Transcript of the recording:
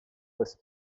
poste